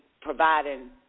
providing